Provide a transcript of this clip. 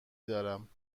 دارم